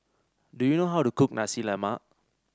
do you know how to cook Nasi Lemak